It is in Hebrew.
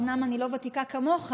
אומנם אני לא ותיקה כמוך,